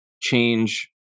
change